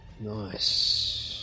Nice